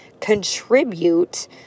contribute